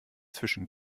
zwischen